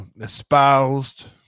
espoused